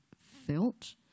felt